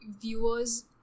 viewers